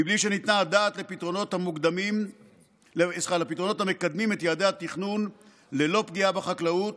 בלי שניתנה הדעת על פתרונות המקדמים את יעדי התכנון ללא פגיעה בחקלאות,